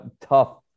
tough